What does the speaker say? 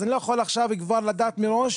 אז אני לא יכול עכשיו כבר לדעת מראש,